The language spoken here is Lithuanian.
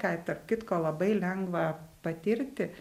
ką tarp kitko labai lengva patirti